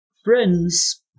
Friends